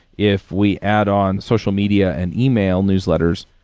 if we add on social media and email newsletters,